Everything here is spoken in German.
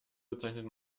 bezeichnet